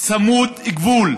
צמוד גבול,